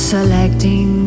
Selecting